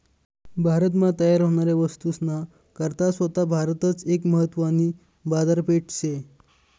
भारत मा तयार व्हनाऱ्या वस्तूस ना करता सोता भारतच एक महत्वानी बाजारपेठ शे